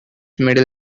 middle